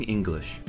English